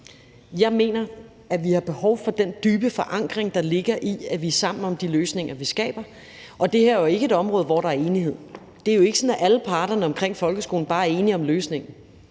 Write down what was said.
jeg mener, at vi har behov for den dybe forankring, der ligger i, at vi er sammen om de løsninger, vi skaber. Det her er jo ikke et område, hvor der er enighed; det er jo ikke sådan, at alle parterne omkring folkeskolen bare er enige om løsningen.